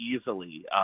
easily